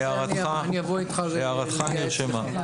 הערתך נרשמה.